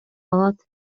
алат